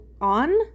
on